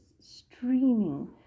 streaming